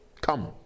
come